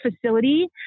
facility